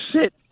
sit